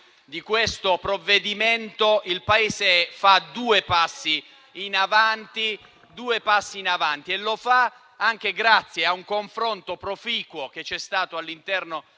di questo provvedimento il Paese farà due passi in avanti, anche grazie al confronto proficuo che c'è stato all'interno